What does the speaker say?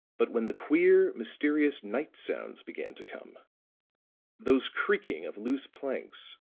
but when the queer, mysterious night sounds began to come those creakings of loose planks,